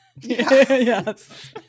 Yes